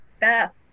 Beth